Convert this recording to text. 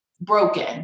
broken